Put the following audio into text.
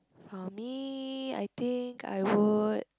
for me I think I would